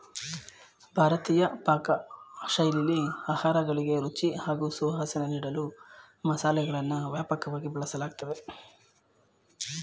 ಭಾರತೀಯ ಪಾಕಶೈಲಿಲಿ ಆಹಾರಗಳಿಗೆ ರುಚಿ ಹಾಗೂ ಸುವಾಸನೆ ನೀಡಲು ಮಸಾಲೆಗಳನ್ನು ವ್ಯಾಪಕವಾಗಿ ಬಳಸಲಾಗ್ತದೆ